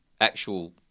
actual